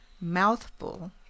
mouthful